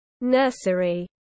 nursery